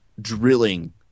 drilling